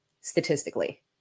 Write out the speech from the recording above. statistically